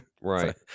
Right